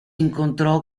incontrò